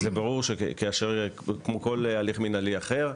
ברור שכמו כל הליך מינהלי אחר,